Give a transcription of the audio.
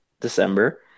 December